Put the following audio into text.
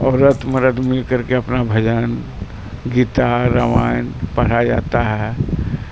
عورت مرد مل کر کے اپنا بھجن گیتا رامائن پڑھا جاتا ہے